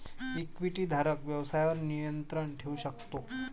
इक्विटीधारक व्यवसायावर नियंत्रण ठेवू शकतो